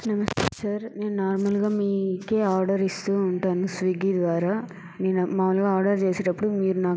నమస్తే సార్ నేన్ నార్మల్ గా మీకే ఆర్డర్ ఇస్తూ ఉంటాను స్విగ్గి ద్వారా నేను మామూలుగా ఆర్డర్ చేసేటప్పుడు మీరు నాకు